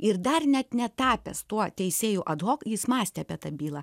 ir dar net netapęs tuo teisėju ad hok jis mąstė apie tą bylą